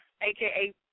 aka